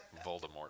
Voldemort